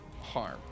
Harm